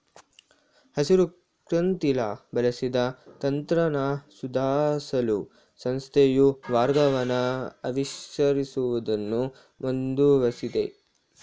ಹಸಿರುಕ್ರಾಂತಿಲಿ ಬಳಸಿದ ತಂತ್ರನ ಸುಧಾರ್ಸಲು ಸಂಸ್ಥೆಯು ಮಾರ್ಗವನ್ನ ಆವಿಷ್ಕರಿಸುವುದನ್ನು ಮುಂದುವರ್ಸಿದೆ